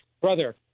Brother